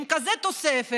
עם כזו תוספת,